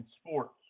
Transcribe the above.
Sports